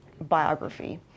biography